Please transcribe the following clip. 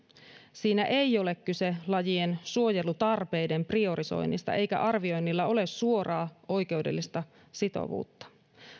siinä ei ole kyse lajien suojelutarpeiden priorisoinnista eikä arvioinnilla ole suoraa oikeudellista sitovuutta